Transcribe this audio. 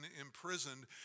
imprisoned